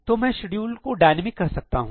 तो मैं शेड्यूल को डायनामिक कह सकता हूं